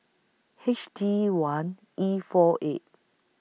H D one E four eight